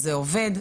זה עובד,